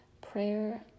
prayer